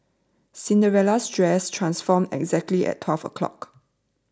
Cinderella's dress transformed exactly at twelve o'clock